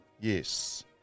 Yes